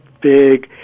big